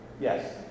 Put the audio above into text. Yes